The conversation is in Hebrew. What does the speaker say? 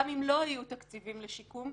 גם אם לא יהיו תקציבים לשיקום,